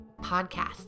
podcast